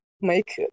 make